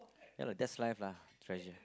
ya lah that's life lah treasure